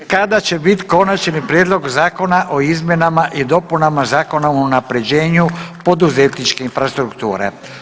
U 9,30 kada će biti Konačni prijedlog zakona o izmjenama i dopunama Zakona o unapređenju poduzetničke infrastrukture.